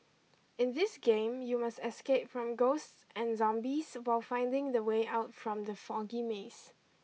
in this game you must escape from ghosts and zombies while finding the way out from the foggy maze